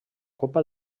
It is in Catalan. copa